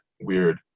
weird